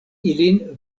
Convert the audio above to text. ilin